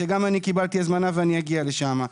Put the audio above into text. שגם אני קיבלתי הזמנה ואני אגיע לשם,